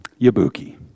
Yabuki